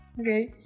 Okay